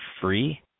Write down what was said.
free